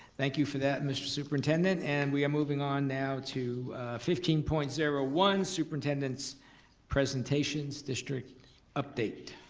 thank you for that mr. superintendent. and we are moving on now to fifteen point zero one, superintendent's presentation, district update.